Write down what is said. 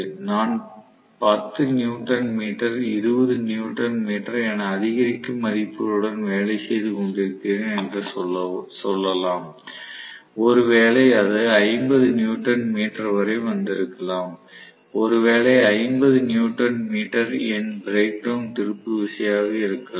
நான் 10 newton metre 20 newton metre என அதிகரிக்கும் மதிப்புகளுடன் வேலை செய்து கொண்டிருக்கிறேன் என்று சொல்லலாம் ஒருவேளை அது 50 நியூட்டன் மீட்டர் வரை வந்திருக்கலாம் ஒருவேளை 50 நியூட்டன் மீட்டர் என் பிரேக் டவுன் திருப்பு விசையாக இருக்கலாம்